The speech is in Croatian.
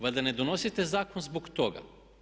Valjda ne donosite zakon zbog toga.